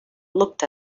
looked